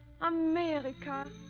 America